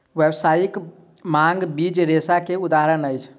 व्यावसायिक भांग बीज रेशा के उदाहरण अछि